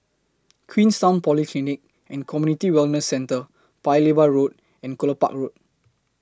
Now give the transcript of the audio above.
Queenstown Polyclinic and Community Wellness Centre Paya Lebar Road and Kelopak Road